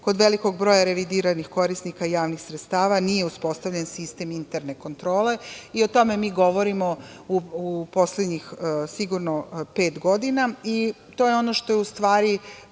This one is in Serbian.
kod velikog broja revidiranih korisnika javnih sredstava nije uspostavljen sistem interne kontrole i o tome mi govorimo u poslednjih pet godina, i to je ono što je bitan